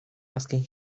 asking